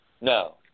No